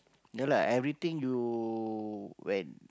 no lah everything you when